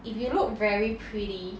if you look very pretty